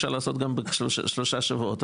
אפשר לעשות גם בשלושה שבועות.